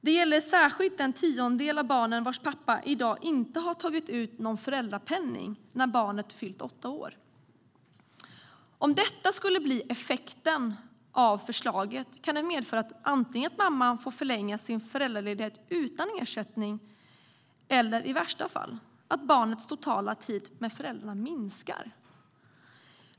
Det gäller särskilt den tiondel av barnen vars pappa i dag inte har tagit ut någon föräldrapenning när barnet fyllt åtta år. Om detta blir effekten av förslaget kan det medföra att mamman antingen får förlänga sin föräldraledighet utan ersättning eller, i värsta fall, att barnets totala tid med föräldrarna minskar.